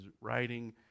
writing